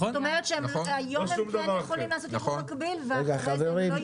זאת אומרת שהיום הם כן יכולים לעשות יבוא מקביל ואחר כך לא יוכלו?